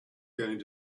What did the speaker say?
going